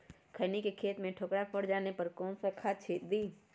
खैनी के खेत में ठोकरा पर जाने पर कौन सा खाद दी?